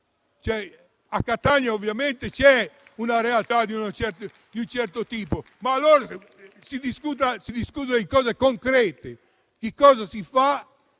A Catania, ovviamente, c'è una realtà di un certo tipo, ma allora si discuta di cose concrete. Che cosa si fa